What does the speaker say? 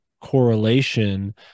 correlation